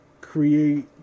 create